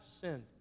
sinned